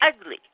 ugly